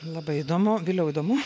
labai įdomu viliau įdomu